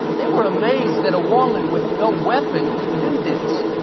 they were amazed that a woman with no weapon could do this.